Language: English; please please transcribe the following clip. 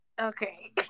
okay